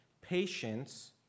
patience